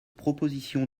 proposition